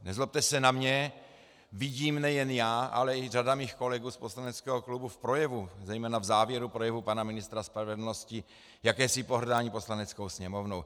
Nezlobte se na mě, vidím nejen já, ale i řada mých kolegů z poslaneckého klubu v projevu, zejména v závěru projevu pana ministra spravedlnosti jakési pohrdání Poslaneckou sněmovnou.